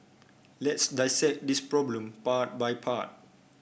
let's dissect this problem part by part